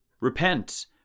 Repent